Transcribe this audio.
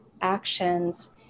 actions